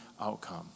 outcome